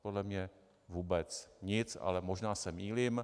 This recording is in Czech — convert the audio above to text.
Podle mě vůbec nic, ale možná se mýlím.